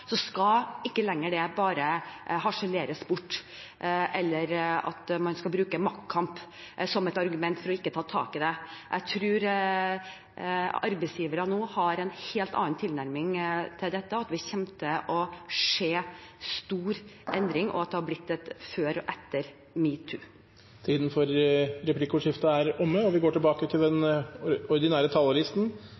skal det ikke lenger bare harseleres bort eller man skal bruke maktkamp som et argument for ikke å ta tak i det. Jeg tror arbeidsgivere nå har en helt annen tilnærming til dette, og at vi kommer til å se stor endring – at det har blitt et før og et etter metoo. Replikkordskiftet er dermed omme.